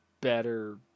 better